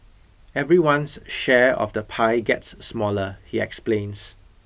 everyone's share of the pie gets smaller he explains